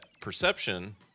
perception